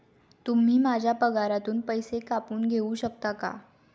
तुम्ही माझ्या पगारातून पैसे कापून घेऊ शकता का?